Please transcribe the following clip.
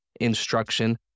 Instruction